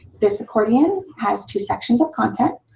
this accordion has two sections of content,